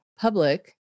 public